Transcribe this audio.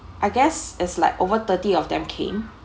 I guess is like over thirty of them came